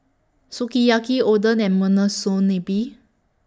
Sukiyaki Oden and Monsunabe